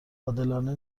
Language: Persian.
عادلانه